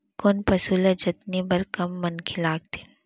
कोन पसु ल जतने बर कम मनखे लागथे?